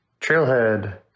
Trailhead